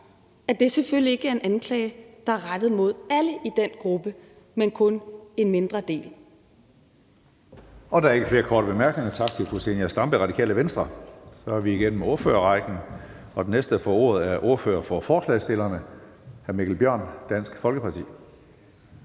at det selvfølgelig ikke er en anklage, der er rettet imod alle i den gruppe, men kun en mindre del.